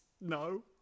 No